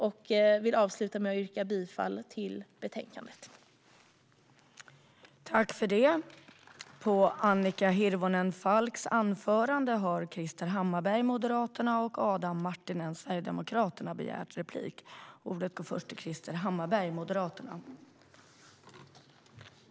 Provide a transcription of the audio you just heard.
Jag vill avsluta med att yrka bifall till utskottets förslag.